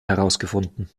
herausgefunden